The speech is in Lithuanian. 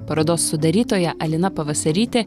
parodos sudarytoja alina pavasarytė